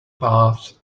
path